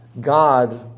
God